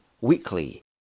weekly